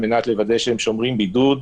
על מנת לוודא שהם שומרים בידוד.